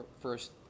first